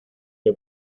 que